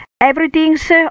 Everything's